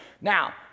Now